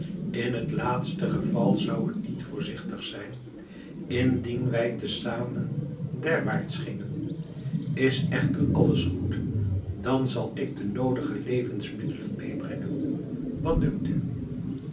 in het laatste geval zou het niet voorzichtig zijn indien wij te zamen derwaarts gingen is echter alles goed dan zal ik de noodige levensmiddelen medebrengen wat dunkt u